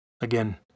Again